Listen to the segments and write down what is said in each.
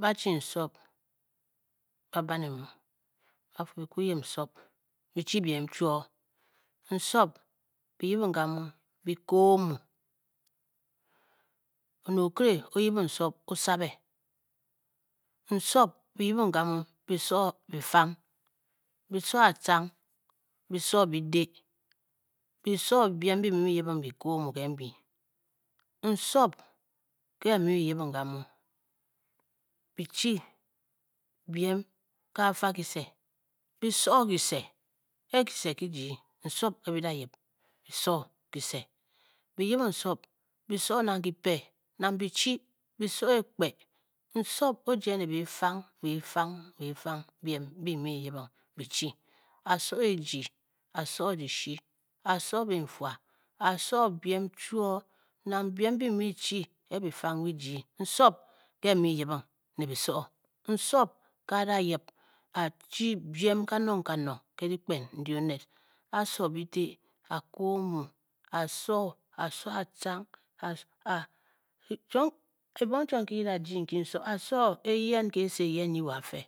Ba chi nsop ba ba- ne mu ba fu bi kwu yip nsop bi chi biem chwoo nsop bi yibing ga mu bi koo omu. oned okire o yibing gamu o sabe, nsop bi yibing gamu bi so bifang, bi so atcang bi so bide bi so biem bi mu yibing bi ko omu kenbyi, nsop nke bi mu bi yibing gamu bi chi biem kafa kise, bi so kise, e-e kise ki-jii nsop nke bi da yibing bi so kise, bi so nang kipe, nang bichi, bi so ekpe. nsop o jie ne nang befang befang befang biem bi mu yibing bi chi, a so eji, a so dishi, a so binfua, a soo biem chwoo. nang biem mbi bi mu chi ke bifang bi jii, nsop nke bi mu yibing ne bi so, nsop ke a da yip a chi biem kanong kanong ke dikpen ndi oned, a so bide, a koo omu, a so, a so atcang ebong chiom nki ki da jii nki nsop, a so nang eyel kese eyen nyi wo a-fe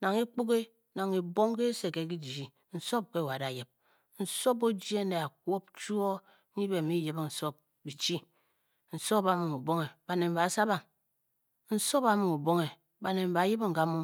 nang ekpuge. nang ebong kese nke ki jii nsop nke a da yip a so, nsop o jye ne akwop chwoo, nnyi be bi yyibing nsop bi chi, nsop amu obonghe baned mbe ba sabang, nsop amu obonghe baned mbe ba yibing gamu.